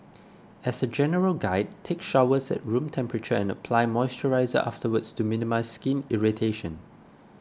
as a general guide take showers at room temperature and apply moisturiser afterwards to minimise skin irritation